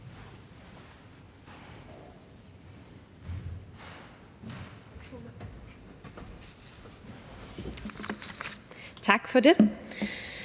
Tak for det.